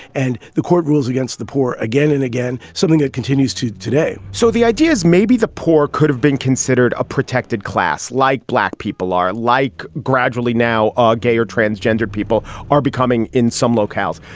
and the court rules against the poor again and again, something that continues to today so the idea is maybe the poor could have been considered a protected class, like black people are like gradually now ah gay or transgendered people are becoming in some locales.